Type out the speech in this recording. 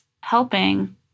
helping